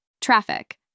Traffic